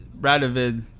Radovid